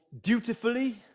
dutifully